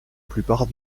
plupart